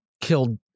killed